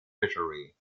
fishery